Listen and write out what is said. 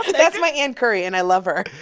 that's my ann curry, and i love her.